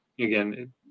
again